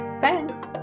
Thanks